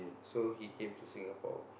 so he came to Singapore